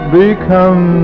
become